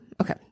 okay